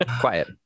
Quiet